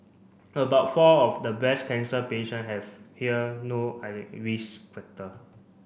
about four of the breast cancer patient have here no risk factor